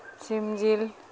ᱥᱤᱢ ᱡᱤᱞ